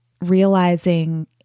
Realizing